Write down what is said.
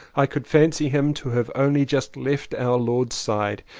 i could fancy him to have only just left our lord's side.